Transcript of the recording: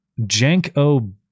Jenko